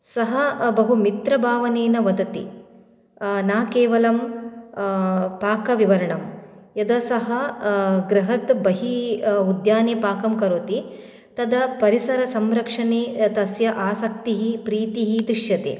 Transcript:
सः बहु मित्रभावनेन वदति न केवलं पाकविवरणं यदा सः गृहात् बहिः उद्याने पाकं करोति तदा परिसरसंरक्षणे तस्य आसक्तिः प्रीतिः दृश्यते